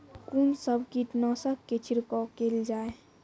कून सब कीटनासक के छिड़काव केल जाय?